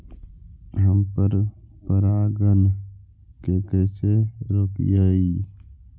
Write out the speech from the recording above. हम पर परागण के कैसे रोकिअई?